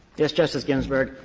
yes, justice ginsberg.